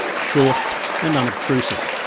short and unobtrusive,